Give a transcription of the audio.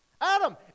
Adam